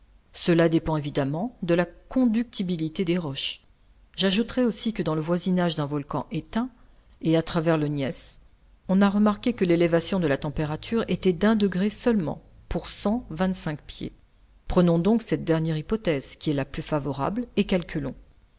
cela dépend évidemment de la conductibilité des roches j'ajouterai aussi que dans le voisinage d'un volcan éteint et à travers le gneiss on a remarqué que l'élévation de la température était d'un degré seulement pour cent vingt-cinq pieds prenons donc cette dernière hypothèse qui est la plus favorable et calculons